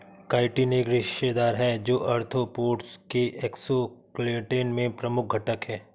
chitin एक रेशेदार है, जो आर्थ्रोपोड्स के एक्सोस्केलेटन में प्रमुख घटक है